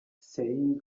saying